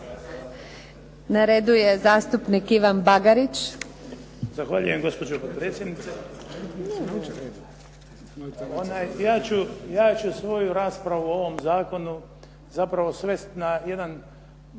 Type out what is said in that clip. Na redu je zastupnik Ivan Bagarić. **Bagarić, Ivan (HDZ)** Zahvaljujem gospođo potpredsjednice, ja ću svoju raspravu o ovom zakonu zapravo svesti na jedan